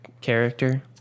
character